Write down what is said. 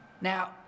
Now